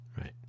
Right